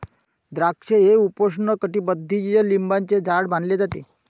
द्राक्षे हे उपोष्णकटिबंधीय लिंबाचे झाड मानले जाते